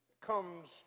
comes